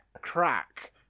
crack